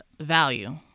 value